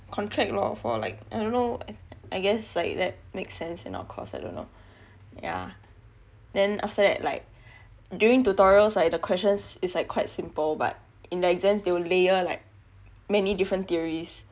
contract law for like I don't know I guess like that make sense in our course I don't know yah then after that like during tutorials like the questions is like quite simple but in exams they will layer like many different theories